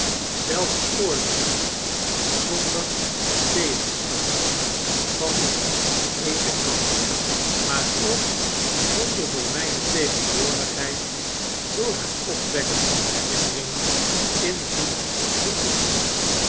zelf oordeelen zonder tegenstand van den eenien kant maar ook zonder door mijne tegenwoordigheid door het opwekken van herinneringen invloed te oefenen